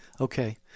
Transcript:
Okay